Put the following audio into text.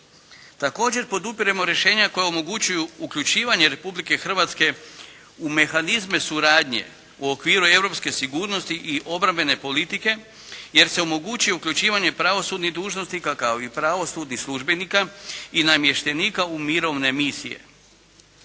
Također podupiremo rješenja koja omogućuju uključivanje Republike Hrvatske u mehanizme suradnje u okviru europske sigurnosti i obrambene politike jer se omogućuje uključivanje pravosudnih dužnosnika, kao i pravosudnih službenika i namještenika u mirovne misije.